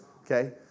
Okay